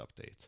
update